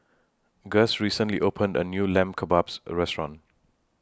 Guss recently opened A New Lamb Kebabs Restaurant